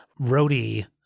roadie